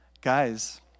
guys